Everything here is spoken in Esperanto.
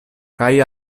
kaj